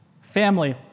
family